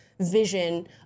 vision